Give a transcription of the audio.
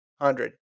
hundred